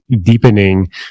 deepening